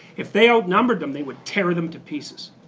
if they outnumbered them, they would tear them to pieces.